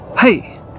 hey